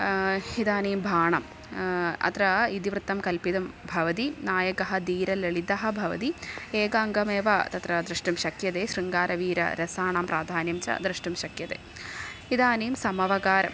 इदानीं भाणः अत्र इतिवृत्तं कल्पितं भवति नायकः धीरललितः भवति एकाङ्गमेव तत्र द्रष्टुं शक्यते शृङ्गारवीरसाणां प्राधान्यं च द्रष्टुं शक्यते इदानीं समवकारः